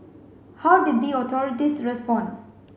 how did the authorities respond